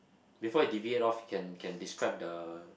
before you deviate off can can describe the